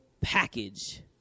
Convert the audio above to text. package